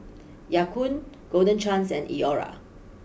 Ya Kun Golden Chance and Iora